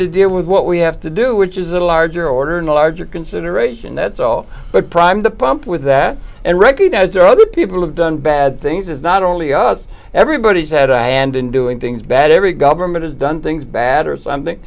to deal with what we have to do which is a larger order and a larger consideration that's all but prime the pump with that and recognize there are other people have done bad things as not only us everybody's had a hand in doing things bad every government has done things bad or something